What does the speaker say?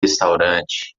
restaurante